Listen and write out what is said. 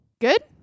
Good